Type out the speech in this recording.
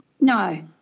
No